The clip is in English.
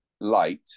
light